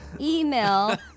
Email